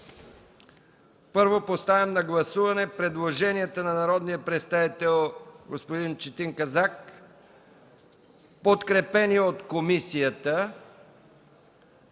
Поставям на гласуване предложенията на народния представител господин Четин Казак, подкрепени от комисията